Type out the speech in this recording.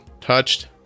Touched